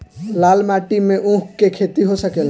लाल माटी मे ऊँख के खेती हो सकेला?